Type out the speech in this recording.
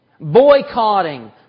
boycotting